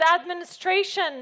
administration